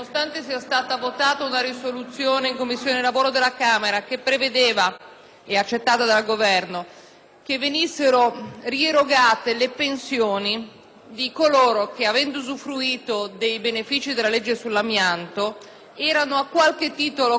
nuovamente erogate le pensioni a coloro che, avendo usufruito dei benefici della legge sull'amianto, erano a qualche titolo coinvolti nelle inchieste della magistratura, senza però ricevere, per